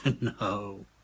No